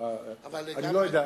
אני לא יודע.